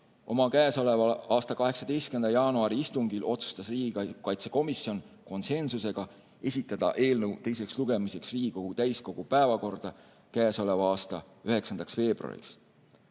Oma käesoleva aasta 18. jaanuari istungil otsustas riigikaitsekomisjon konsensusega esitada eelnõu teiseks lugemiseks Riigikogu täiskogu päevakorda käesoleva aasta 9. veebruariks.